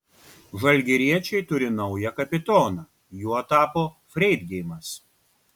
žalgiriečiai turi naują kapitoną juo tapo freidgeimas